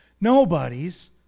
Nobody's